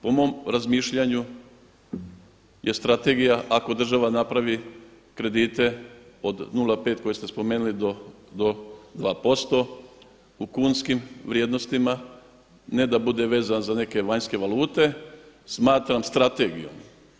Po mom razmišljanju je strategija ako država napravi kredite od 0,5 koje ste spomenuli do 2% u kunskim vrijednostima, ne da bude vezano za neke vanjske valute smatram strategijom.